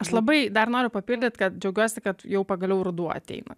aš labai dar noriu papildyt kad džiaugiuosi kad jau pagaliau ruduo ateina